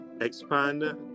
expand